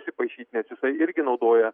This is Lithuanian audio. įsipaišyt nes jisai irgi naudoja